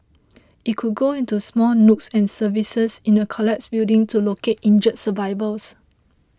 it could go into small nooks and crevices in a collapsed building to locate injured survivors